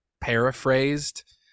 paraphrased